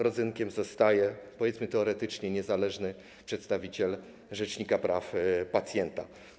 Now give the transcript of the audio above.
Rodzynkiem zostaje, powiedzmy, teoretycznie niezależny przedstawiciel rzecznika praw pacjenta.